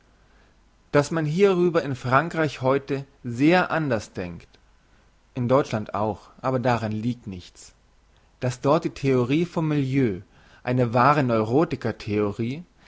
dass man hierüber in frankreich heute sehr anders denkt in deutschland auch aber daran liegt nichts dass dort die theorie vom milieu eine wahre neurotiker theorie